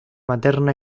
materna